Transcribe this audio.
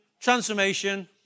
Transformation